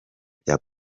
bya